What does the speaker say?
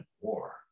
war